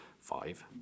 five